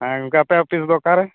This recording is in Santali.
ᱦᱮᱸ ᱜᱚᱢᱠᱮ ᱟᱯᱮᱭᱟᱜ ᱚᱯᱷᱤᱥ ᱫᱚ ᱚᱠᱟ ᱨᱮ